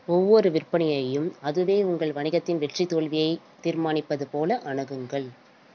ஒவ்வொரு விற்பனையையும் அதுவே உங்கள் வணிகத்தின் வெற்றி தோல்வியைத் தீர்மானிப்பது போல அணுகுங்கள்